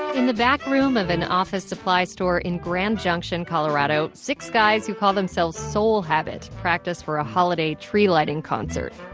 in the back room of an office supply store in grand junction, colorado, six guys who call themselves soul habit practice for a holiday tree lighting concert.